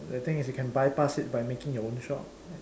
the thing is you bypass it by making your own shop